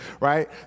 right